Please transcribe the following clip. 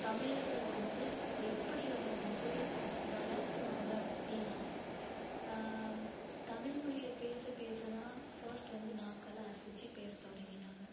தமிழர்கள் வந்து எப்படி அதை வந்து வளர்த்துனாங்க அப்படின்னா தமிழ்மொழியை பேசப் பேசதான் ஃபஸ்ட் வந்து நாக்கால அசைச்சு பேச தொடங்கினாங்க